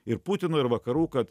ir putino ir vakarų kad